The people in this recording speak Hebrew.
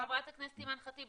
חברת הכנסת אימאן ח'טיב,